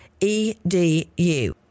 edu